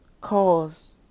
cause